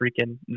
freaking